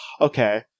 Okay